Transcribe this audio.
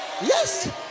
Yes